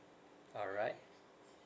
all right